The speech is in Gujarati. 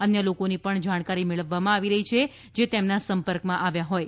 અન્ય લોકોની પણ જાણકારી મેળવવામાં આવી રહી છે જે એમના સંપર્કમાં આવ્યા હોય